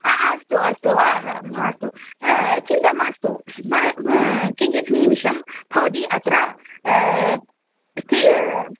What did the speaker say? अ अस्तु अस्तु मास्तु चिन्ता मास्तु किञ्चित् निमेषं भवति अत्र स्टि